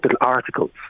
articles